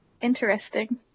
Interesting